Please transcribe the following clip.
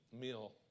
meal